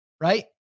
right